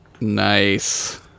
Nice